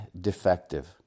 defective